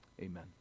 Amen